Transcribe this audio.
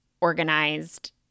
organized